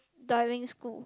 diving school